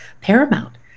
paramount